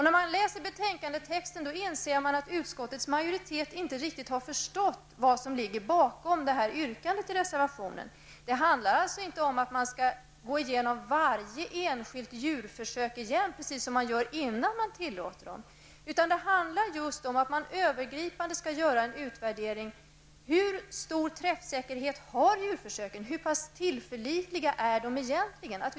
När man läser betänkandetexten inser man att utskottsmajoriteten inte riktigt har förstått vad som ligger bakom yrkande i reservationen. Det handlar alltså inte om att man skall gå igenom varje enskilt djurförsök, precis som man gör innan man tillåter försöken. Det handlar om att göra en övergripande utvärdering av hur stor träffsäkerhet djurförsöken har och hur tillförlitliga de egentligen är.